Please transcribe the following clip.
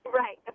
right